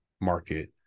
market